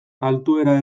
altuera